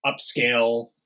upscale